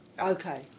Okay